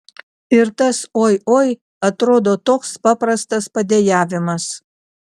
ir tas oi oi atrodo toks paprastas padejavimas